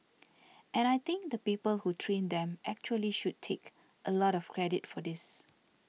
and I think the people who trained them actually should take a lot of credit for this